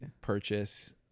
purchase